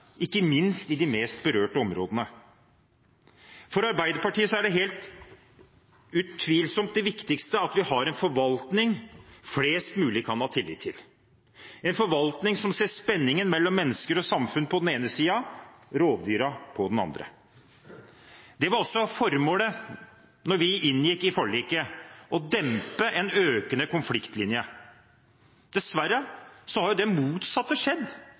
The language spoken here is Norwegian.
ikke minst i de mest berørte områdene. For Arbeiderpartiet er utvilsomt det viktigste at vi har en forvaltning flest mulig kan ha tillit til, en forvaltning som ser spenningen mellom mennesker og samfunn på den ene siden og rovdyrene på den andre. Det var også formålet da vi inngikk forliket – å dempe en økende konfliktlinje. Dessverre har det motsatte skjedd